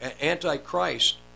Antichrist